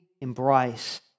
embrace